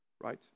right